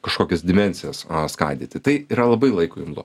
kažkokias dimensijas skaidyti tai yra labai laikui imlu